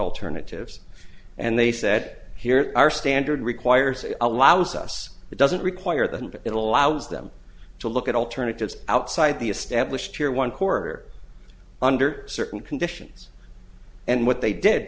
alternatives and they said here our standard requires allows us but doesn't require them but it allows them to look at alternatives outside the established year one quarter under certain conditions and what they did